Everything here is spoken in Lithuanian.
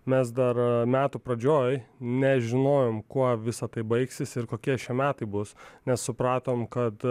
mes dar metų pradžioj nežinojom kuo visa tai baigsis ir kokie šie metai bus nes supratom kad